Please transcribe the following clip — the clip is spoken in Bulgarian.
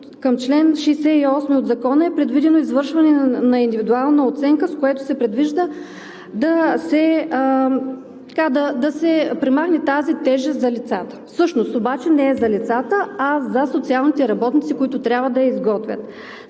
Към чл. 68 от Закона е предвидено извършване на индивидуална оценка, с което се предвижда да се премахне тази тежест за лицата. Всъщност обаче не е за лицата, а за социалните работници, които трябва да я изготвят.